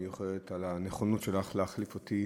ותודה רבה מיוחדת על הנכונות שלך להחליף אותי